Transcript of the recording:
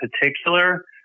particular